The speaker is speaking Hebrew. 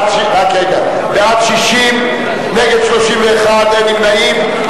בעד, 60, נגד, 31, אין נמנעים.